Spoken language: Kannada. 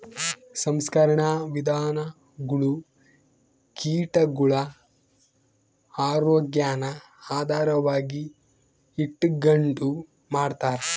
ಸಂಸ್ಕರಣಾ ವಿಧಾನಗುಳು ಕೀಟಗುಳ ಆರೋಗ್ಯಾನ ಆಧಾರವಾಗಿ ಇಟಗಂಡು ಮಾಡ್ತಾರ